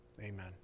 Amen